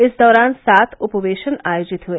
इस दौरान सात उपवेशन आयोजित हुए